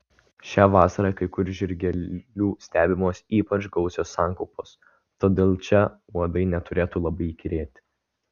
šią vasarą kai kur žirgelių stebimos ypač gausios sankaupos todėl čia uodai neturėtų labai įkyrėti